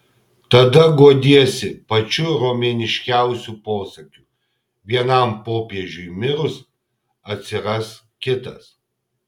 tada guodiesi pačiu romėniškiausiu posakiu vienam popiežiui mirus atsiras kitas